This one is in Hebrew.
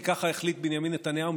כי ככה החליט בנימין נתניהו,